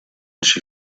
she